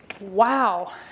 Wow